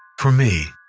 for me,